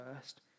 first